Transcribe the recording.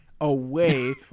away